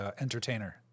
entertainer